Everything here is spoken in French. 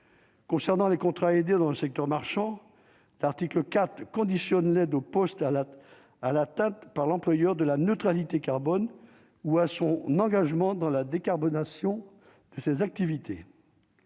Concernant les contrats aidés dans le secteur marchand, l'article 4 conditionne l'aide au poste à la Halle atteinte par l'employeur de la neutralité carbone ou à son engagement dans la décarbonation de ses activités.